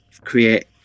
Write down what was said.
create